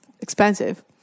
expensive